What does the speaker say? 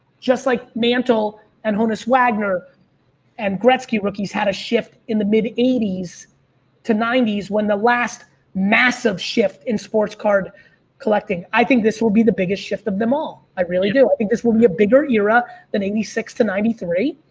just like mantle and honus wagner and gretzky rookies had a shift in the mid eighties to nineties when the last massive shift in sports card collecting. i think this will be the biggest shift of them all. i really do. i think this will be a bigger era than eighty six to ninety three.